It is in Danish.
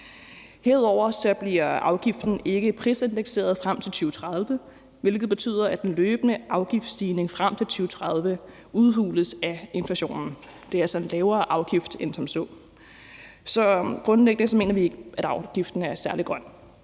Herudover bliver afgiften ikke prisindekseret frem til 2030, hvilket betyder, at den løbende afgiftsstigning frem til 2030 udhules af inflationen. Det er altså en lavere afgift end som så. Så grundlæggende mener vi ikke, at afgiften er særlig grøn.